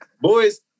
boys